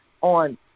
on